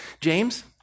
James